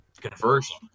conversion